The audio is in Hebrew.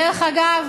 דרך אגב,